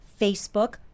Facebook